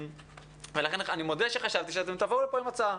אני מודה שחשבתי שאתם תבואו לפה עם הצעה.